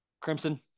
crimson